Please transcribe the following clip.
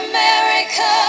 America